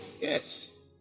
Yes